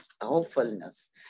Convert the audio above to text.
hopefulness